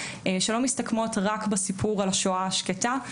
שלא מסתכמות רק בסיפור של השואה השקטה,